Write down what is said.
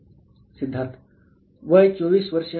सिद्धार्थ वय 24 वर्ष आणि